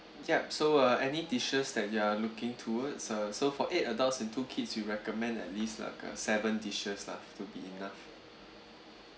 ya so uh any dishes that you are looking towards uh so for eight adults and two kids we recommend at least like uh seven dishes lah to be enough